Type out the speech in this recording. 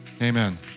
Amen